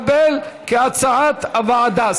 3 התקבל כהצעת הוועדה.